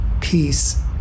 peace